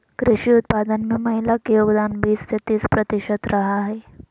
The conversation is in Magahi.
कृषि उत्पादन में महिला के योगदान बीस से तीस प्रतिशत रहा हइ